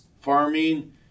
farming